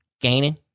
Gaining